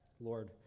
Lord